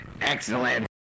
excellent